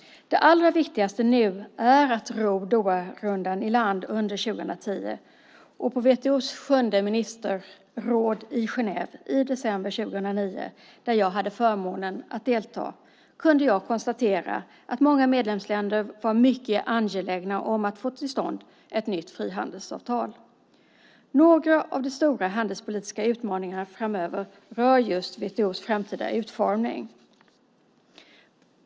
Det allra viktigaste nu är att ro Doharundan i land under 2010. På WTO:s sjunde ministerråd i Genève i december 2009 - där jag hade förmånen att delta - kunde jag konstatera att många medlemsländer var mycket angelägna att få till stånd ett nytt frihandelsavtal. Några av de stora handelspolitiska utmaningarna framöver rör just WTO:s framtida utformning.